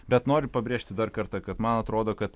bet noriu pabrėžti dar kartą kad man atrodo kad